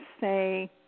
say